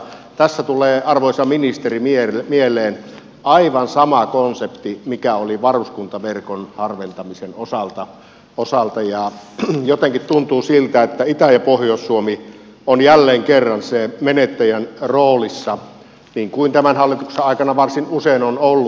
tässä tulee arvoisa ministeri mieleen aivan sama konsepti mikä oli varuskuntaverkon harventamisen osalta ja jotenkin tuntuu siltä että itä ja pohjois suomi ovat jälleen kerran sen menettäjän roolissa niin kuin tämän hallituksen aikana varsin usein on ollut